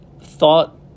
thought